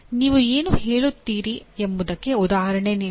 ನೀವು ಏನು ಹೇಳುತ್ತೀರಿ ಎಂಬುದಕ್ಕೆ ಉದಾಹರಣೆ ನೀಡಿ